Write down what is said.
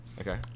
Okay